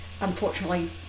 unfortunately